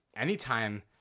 Anytime